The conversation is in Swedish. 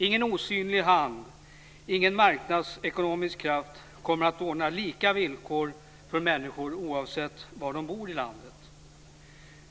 Ingen osynlig hand, ingen marknadsekonomisk kraft, kommer att ordna lika villkor för människor oavsett var de bor i landet.